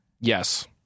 Yes